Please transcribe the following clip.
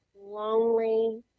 lonely